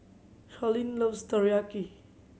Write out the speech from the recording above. Sharlene loves Teriyaki